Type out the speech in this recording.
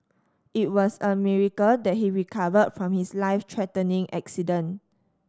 it was a miracle that he recovered from his life threatening accident